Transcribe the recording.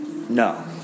No